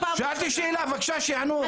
שאלה, בבקשה שייענו.